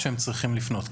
או שהם צריכים לפנות?